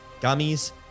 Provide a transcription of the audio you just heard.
gummies